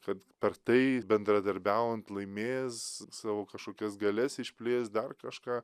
kad per tai bendradarbiaujant laimės savo kašokias galias išplės dar kažką